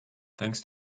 thanks